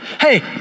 Hey